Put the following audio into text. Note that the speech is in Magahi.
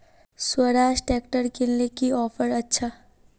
स्वराज ट्रैक्टर किनले की ऑफर अच्छा?